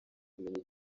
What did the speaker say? kumenya